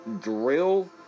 drill